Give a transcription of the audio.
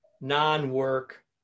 non-work